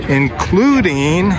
including